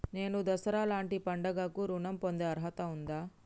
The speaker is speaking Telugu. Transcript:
నేను దసరా లాంటి పండుగ కు ఋణం పొందే అర్హత ఉందా?